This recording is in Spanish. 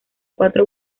cuatro